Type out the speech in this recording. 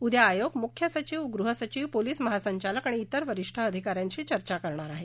उद्या आयेग मुख्य सचीव गृह सचिव पोलिस महासंचालक आणि जिर वरिष्ठ अधिका यांशी चर्चा करणार आहे